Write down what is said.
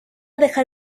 dejar